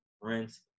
rinse